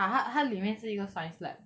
ah 他他里面是一个 science lab